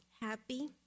happy